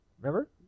Remember